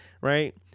right